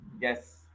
Yes